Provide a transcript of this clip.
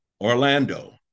Orlando